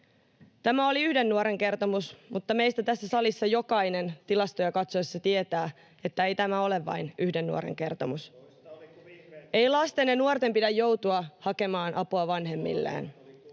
Tämä oli yhden nuoren kertomus, mutta meistä tässä salissa jokainen tilastoja katsoessa tietää, että ei tämä ole vain yhden nuoren kertomus. [Ben Zyskowicz: Toista oli, kun vihreät